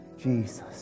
Jesus